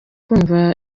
bamaze